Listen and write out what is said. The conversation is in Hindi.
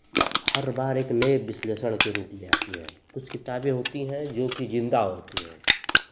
हर बार एक नए विश्लेषण के रूप में आती हैं कुछ किताबें होती हैं जोकि ज़िंदा होती हैं